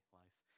life